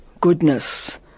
goodness